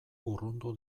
urrundu